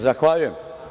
Zahvaljujem.